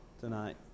tonight